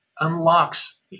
unlocks